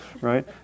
right